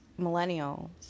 millennials